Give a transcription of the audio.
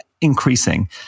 increasing